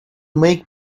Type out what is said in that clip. make